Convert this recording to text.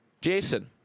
Jason